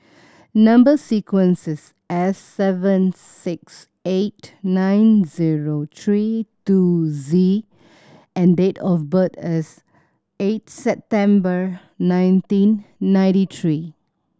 number sequence is S seven six eight nine zero three two Z and date of birth is eight September nineteen ninety three